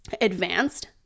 advanced